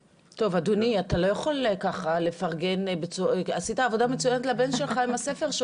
אדוני, עשית עבודה מצויינת בשביל הבן שלך,